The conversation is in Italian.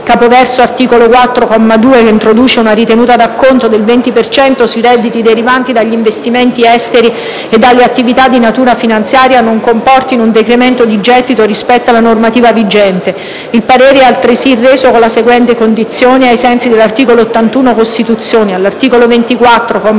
capoverso "Art. 4", comma 2, che introduce una ritenuta d'acconto del venti per cento sui redditi derivanti dagli investimenti esteri e dalle attività di natura finanziaria - non comportino un decremento di gettito, rispetto alla normativa vigente. Il parere è altresì reso con la seguente condizione, ai sensi dell'articolo 81 della Costituzione: all'articolo 24,